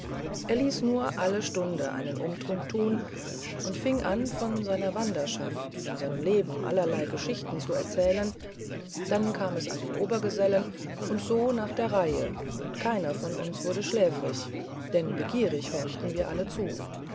er ließ nur alle stunden einen umtrunk tun und fing an von seiner wanderschaft von seinem leben allerlei geschichten zu erzählen dann kam es an den obergesellen und so nach der reihe und keiner von uns wurde schläfrig denn begierig horchten wir alle zu